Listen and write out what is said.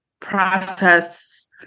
process